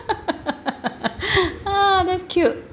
ah that's cute